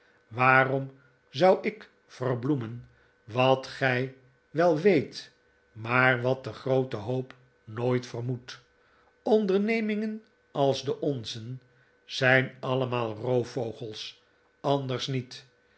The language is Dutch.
waarom zou ik verbloemen wat gij wel weet maar wat de groote hoop nooit vermoedt ondernemingen als de onze zijn allemaal roofvogels anders niet